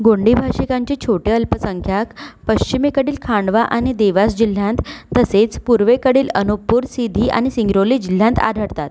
गोंडी भाषिकांचे छोटे अल्पसंख्यक पश्चिमेकडील खांडवा आणि देवास जिल्ह्यांत तसेच पूर्वेकडील अनुपपूर सीधी आणि सिंगरौली जिल्ह्यांत आढळतात